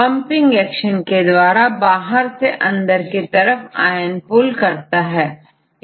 इस तरह pumping mechanism के द्वारा मॉलिक्यूल आउटर मेंब्रेन से बाहर निकल सकता है